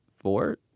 Four